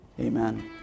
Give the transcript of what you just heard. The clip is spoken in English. Amen